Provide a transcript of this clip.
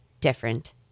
different